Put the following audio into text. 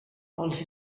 els